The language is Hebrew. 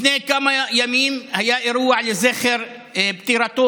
לפני כמה ימים היה אירוע לזכר פטירתו